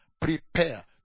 prepare